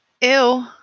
Ew